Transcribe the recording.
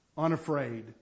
Unafraid